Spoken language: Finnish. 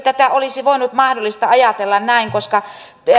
tätä olisi ollut mahdollista ajatella näin koska